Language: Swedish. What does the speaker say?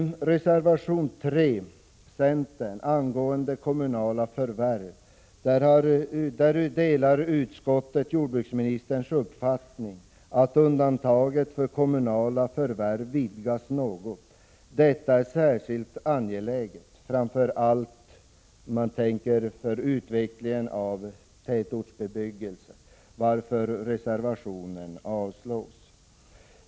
Reservation 3 från centern gäller kommunala förvärv. Utskottet delar här jordbruksministerns uppfattning att undantaget för kommunala förvärv bör vidgas något. Detta är särskilt angeläget för utveckling av tätortsbebyggelse, varför jag föreslår att reservationen avslås.